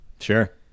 sure